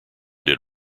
did